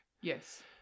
Yes